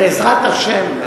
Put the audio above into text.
בעזרת השם.